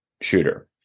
shooter